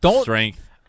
strength